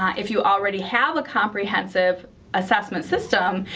if you already have a comprehensive assessment system,